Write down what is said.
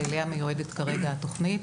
שאליה מיועדת כרגע התוכנית.